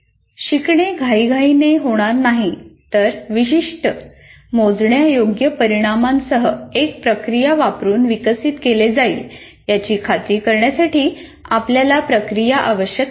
शिकणे घाईघाईने होणार नाही तर विशिष्ट मोजण्यायोग्य परिणामासह एक प्रक्रिया वापरून विकसित केले जाईल याची खात्री करण्यासाठी आपल्याला प्रक्रिया आवश्यक आहेत